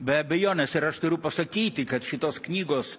be abejonės ir aš turiu pasakyti kad šitos knygos